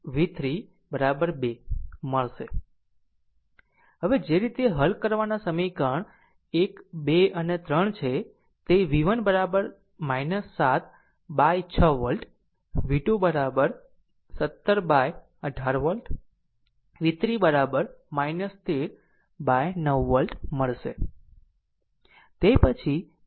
હવે જે રીતે હલ કરવાના સમીકરણ 1 2 અને 3 છે તે v1 7 by 6 volt v2 17 by 18 volt v3 13 by 9 volt મળશે